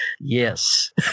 yes